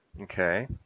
Okay